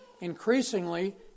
increasingly